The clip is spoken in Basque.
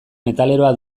metaleroa